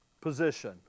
position